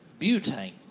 butane